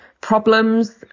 problems